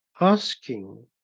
asking